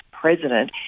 president